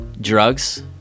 drugs